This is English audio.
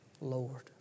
Lord